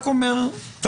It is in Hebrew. טוב,